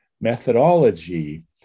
methodology